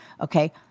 Okay